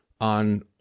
on